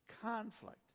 conflict